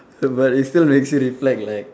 but it still makes you reflect like